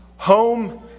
Home